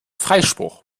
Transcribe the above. freispruch